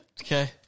Okay